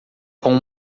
com